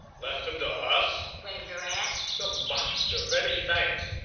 left him to us? gravener asked. the monster many thanks!